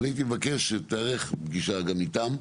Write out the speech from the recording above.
אני הייתי מבקש שתיערך פגישה גם איתם.